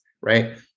right